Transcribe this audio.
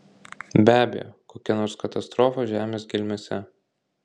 be abejo kokia nors katastrofa žemės gelmėse